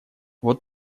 вот